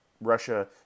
Russia